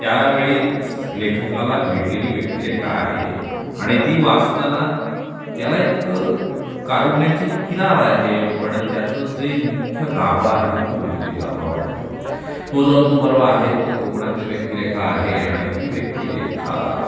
त्यावेळेस लेखकाला भेटलेली व्यक्तिरेखा आहे आणि ती वाचताना त्याला एक कारुण्याची किनार आहे पण त्याचं जे मुख्य गाभा आहे तो विनोदी गाभा वाटतो तो जो अंतू बर्वा आहे तो कोकणातली व्यक्तिरेखा आहे आणि ती व्यक्तिरेखा